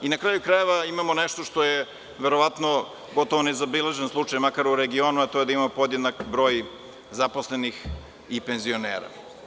Na kraju krajeva, imamo nešto je verovatno gotovo nezabeležen slučaj, makar u regionu, a to je da ima podjednak broj zaposlenih i penzionera.